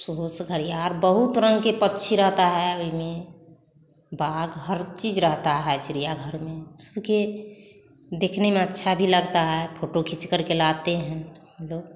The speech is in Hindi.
सुबोस खरियार बहुत रंग के पक्षी रहता है इनमें भाग हर चीज़ रहता है चिड़ियाघर में सबके देखने में अच्छा भी लगता है फोटो खींच कर लाते हैं लोग